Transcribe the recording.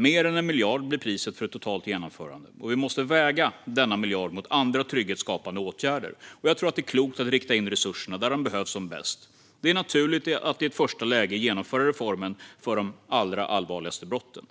Mer än en miljard blir priset för ett totalt genomförande. Vi måste väga denna miljard mot andra trygghetsskapande åtgärder, och jag tror att det är klokt att rikta in resurserna där de behövs som mest. Det är naturligt att i ett första läge genomföra reformen för de allra allvarligaste brotten.